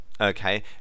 Okay